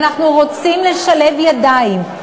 ואנחנו רוצים לשלב ידיים,